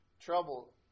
trouble